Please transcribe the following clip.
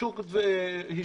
הוגשו כתבי אישום?